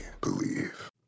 believe